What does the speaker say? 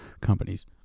companies